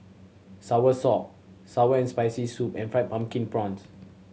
soursop sour and Spicy Soup and Fried Pumpkin Prawns